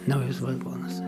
naujus vagonus